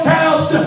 house